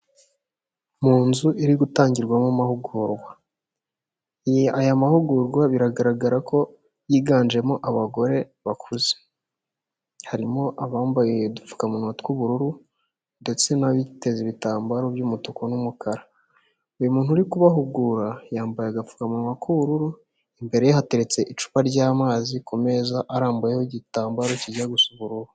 Mu nzu iri gutangirwamo amahugurwa, aya mahugurwa biragaragara ko yiganjemo abagore bakuze, harimo abambaye udupfukamunwa tw'ubururu ndetse n'abiteze ibitambaro by'umutuku n'umukara, uyu muntu uri kubahugura yambaye agapfukamunwa k'ubururu imbere ye hateretse icupa ry'amazi ku meza arambuyeho igitambaro kijya gusa ubururu.